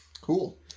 cool